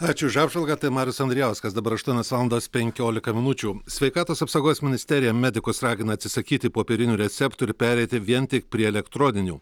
ačiū už apžvalgą tai marius andrijauskas dabar aštuonios valandos penkiolika minučių sveikatos apsaugos ministerija medikus ragina atsisakyti popierinių receptų ir pereiti vien tik prie elektroninių